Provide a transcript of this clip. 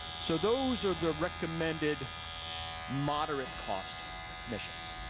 so those are the recommended moderate cost missions.